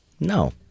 No